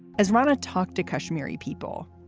as rana talked to kashmiri people,